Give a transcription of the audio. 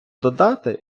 додати